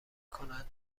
کنند